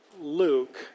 Luke